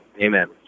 Amen